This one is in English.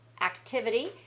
activity